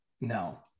no